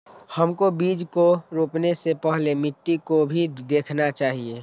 हमको बीज को रोपने से पहले मिट्टी को भी देखना चाहिए?